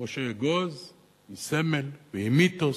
כמו ש"אגוז" היא סמל והיא מיתוס.